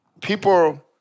people